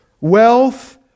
Wealth